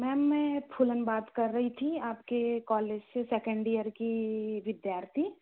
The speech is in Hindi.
मैम मैं फूलन बात कर रही थी आपके कॉलेज से सेकंड ईयर की विद्यार्थी